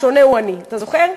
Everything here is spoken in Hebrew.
השונה הוא אני, אתה זוכר?